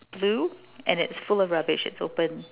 blue and it's full of rubbish it's open